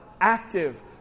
active